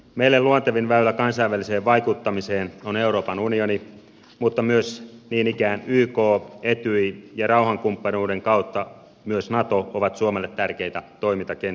meille luontevin väylä kansainväliseen vaikuttamiseen on euroopan unioni mutta myös niin ikään yk etyj ja rauhankumppanuuden kautta myös nato ovat suomelle tärkeitä toimintakenttiä